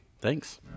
Thanks